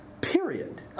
Period